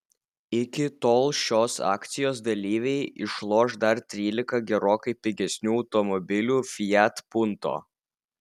iki tol šios akcijos dalyviai išloš dar trylika gerokai pigesnių automobilių fiat punto